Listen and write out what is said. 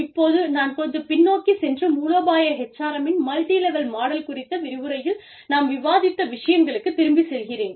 இப்போது நான் கொஞ்சம் பின்னோக்கி சென்று மூலோபாய HRM -இன் மல்டிலெவல் மாடல் குறித்த விரிவுரையில் நாம் விவாதித்த விஷயங்களுக்குத் திரும்பிச் செல்கிறேன்